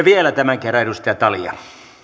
vielä tämän kerran edustaja talja